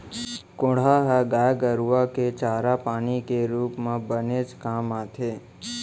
कोंढ़ा ह गाय गरूआ के चारा पानी के रूप म बनेच काम आथे